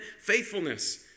faithfulness